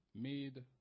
made